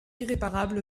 irréparable